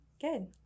Good